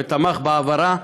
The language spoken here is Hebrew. ותמך בהעברה,